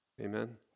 Amen